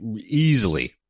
easily